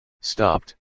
Stopped